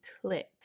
click